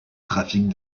trafic